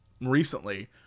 recently